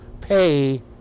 pay